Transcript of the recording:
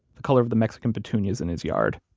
the color of the mexican petunias in his yard.